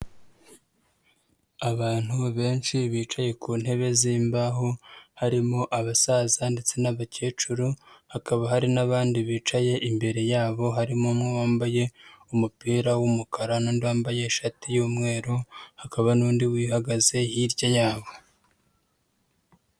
Abantu benshi bicaye ku ntebe zimbaho harimo abasaza ndetse n'abakecuru, hakaba hari n'abandi bicaye imbere yabo harimo n'uwambaye umupira w'umukara, n'undi wambaye ishati y'umweru, hakaba n'undi uhagaze hirya yabo.